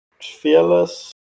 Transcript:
Fearless